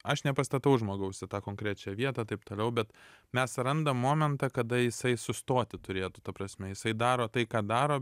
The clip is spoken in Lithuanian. aš nepastatau žmogaus į tą konkrečią vietą taip toliau bet mes randam momentą kada jisai sustoti turėtų ta prasme jisai daro tai ką daro